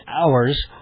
hours